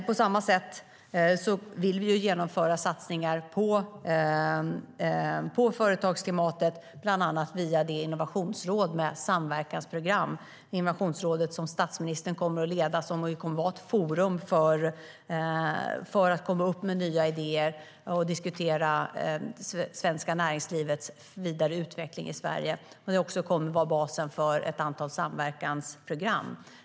På samma sätt vill vi genomföra satsningar på företagsklimatet, bland annat via det innovationsråd med samverkansprogram som statsministern kommer att leda och som kommer att vara ett forum för nya idéer. Där kommer man att diskutera det svenska näringslivets vidare utveckling i Sverige, och det ska också vara basen för ett antal samverkansprogram.